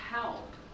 help